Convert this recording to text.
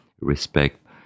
respect